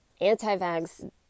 anti-vax